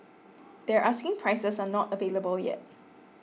their asking prices are not available yet